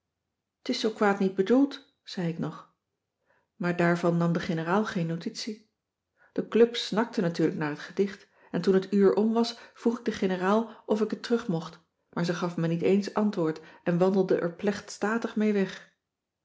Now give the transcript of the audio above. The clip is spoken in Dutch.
t is zoo kwaad niet bedoeld zei ik nog maar daarvan nam de generaal geen notitie de club snakte natuurlijk naar het gedicht en toen het uur om was vroeg ik de generaal of ik het terug mocht maar ze gaf me niet eens antwoord en wandelde er plechtstatig mee weg